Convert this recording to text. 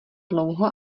dlouho